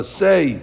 say